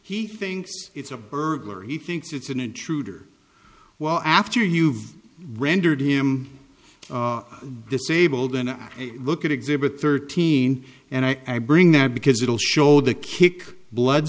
he thinks it's a burglar he thinks it's an intruder well after you've rendered him disabled and look at exhibit thirteen and i bring that because it'll show the kick blood